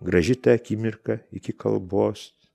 graži ta akimirka iki kalbos